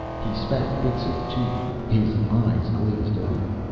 he spat bits of tooth, his eyes glazed over.